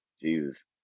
jesus